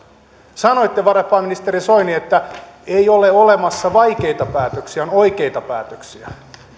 sanoitte varapääministeri soini että ei ole olemassa vaikeita päätöksiä on oikeita päätöksiä